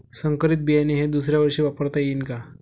संकरीत बियाणे हे दुसऱ्यावर्षी वापरता येईन का?